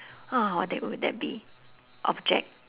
uh what that would that be object